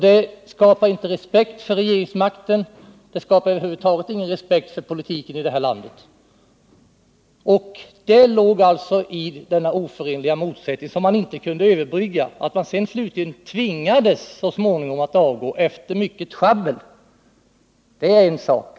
Det skapade ingen respekt för regeringsmakten eller för politiken över huvud taget. Anledningen var denna oförenliga motsättning, som man inte kunde överbrygga. Att man sedan så småningom efter mycket sjabbel tvingades avgå är en annan sak.